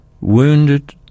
wounded